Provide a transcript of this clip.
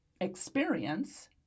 experience